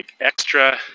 extra